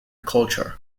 culture